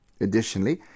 Additionally